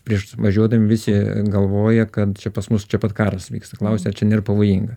prieš važiuodami visi galvoja kad čia pas mus čia pat karas vyksta klausia ar čia nėr pavojinga